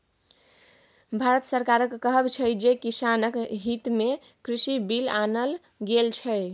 भारत सरकारक कहब छै जे किसानक हितमे कृषि बिल आनल गेल छै